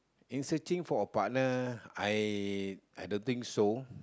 in searching for a partner I I don't think so